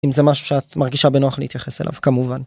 אם זה משהו שאת מרגישה בנוח להתייחס אליו, כמובן.